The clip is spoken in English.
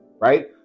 right